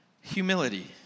humility